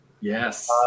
Yes